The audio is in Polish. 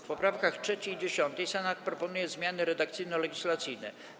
W poprawkach 3. i 10. Senat proponuje zmiany redakcyjno-legislacyjne.